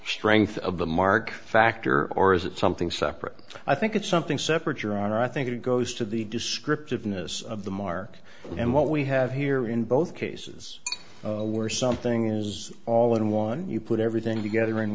strength of the mark factor or is it something separate i think it's something separate your honor i think it goes to the descriptive inus of the mark and what we have here in both cases were something is all in one you put everything together in